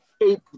eight